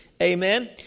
Amen